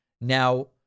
Now